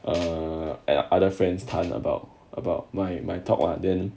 err and other friends 谈 about about my my talk ah then